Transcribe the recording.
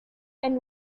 and